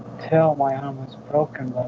tell my arm was broken